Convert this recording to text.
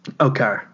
Okay